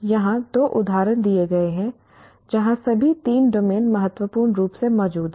यहां दो उदाहरण दिए गए हैं जहां सभी तीन डोमेन महत्वपूर्ण रूप से मौजूद हैं